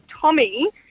Tommy